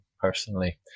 personally